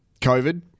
COVID